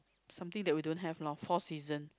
something that we don't have loh four season